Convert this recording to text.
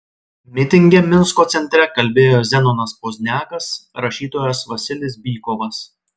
mitinge minsko centre kalbėjo zenonas pozniakas rašytojas vasilis bykovas